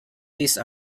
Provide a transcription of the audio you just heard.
these